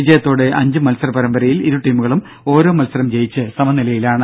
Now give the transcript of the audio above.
വിജയത്തോടെ അഞ്ച് മത്സര പരമ്പരയിൽ ഇരുടീമുകളും ഓരോ മത്സരം ജയിച്ച് സമനിലയിലാണ്